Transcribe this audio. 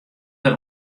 wer